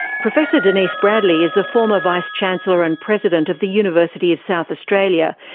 professor denise bradley is the former vice chancellor and president of the university of south australia.